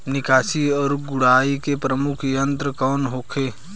निकाई और गुड़ाई के प्रमुख यंत्र कौन होखे?